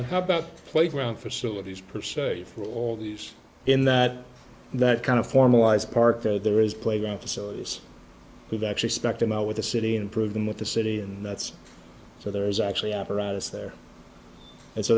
and how about playground facilities put you through all these in that that kind of formalized park that there is playground facilities we've actually spectum out with the city improving with the city and that's so there is actually apparatus there and so